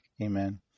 Amen